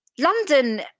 London